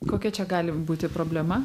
kokia čia gali būti problema